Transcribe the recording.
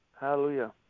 Hallelujah